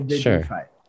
Sure